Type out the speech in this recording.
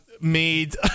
made